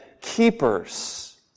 keepers